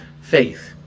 faith